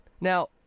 Now